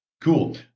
Cool